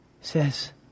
says